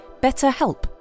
BetterHelp